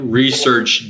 research